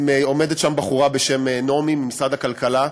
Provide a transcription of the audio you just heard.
עומדת שם בחורה בשם נעמי ממשרד הכלכלה,